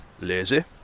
Lazy